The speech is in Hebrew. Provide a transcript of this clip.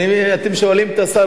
אתם שואלים את השר,